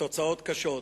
התוצאות קשות.